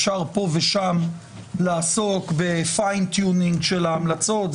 אפשר פה ושם לעסוק בפיין טיונינג של ההמלצות,